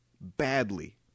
badly